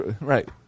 Right